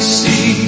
see